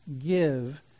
give